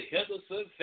Henderson